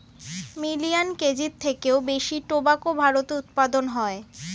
million কেজির থেকেও বেশি টোবাকো ভারতে উৎপাদন হয়